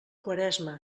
quaresma